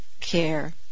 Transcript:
care